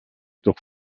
doch